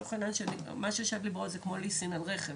לצורך העניין מה שיושב לי אישית בראש שזה כמו ליסינג על רכב.